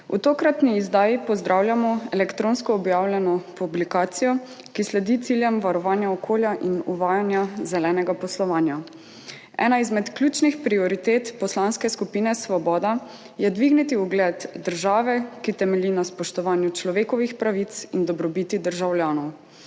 V tokratni izdaji pozdravljamo elektronsko objavljeno publikacijo, ki sledi ciljem varovanja okolja in uvajanja zelenega poslovanja. Ena izmed ključnih prioritet Poslanske skupine Svoboda je dvigniti ugled države, ki temelji na spoštovanju človekovih pravic in dobrobiti državljanov.